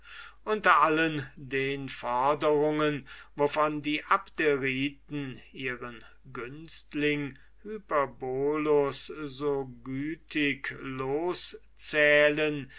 unter allen den foderungen wovon die abderiten ihren günstling hyperbolus so gütig loszählen